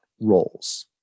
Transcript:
roles